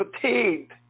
fatigued